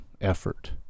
effort